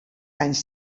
anys